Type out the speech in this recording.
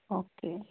okay